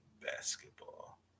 basketball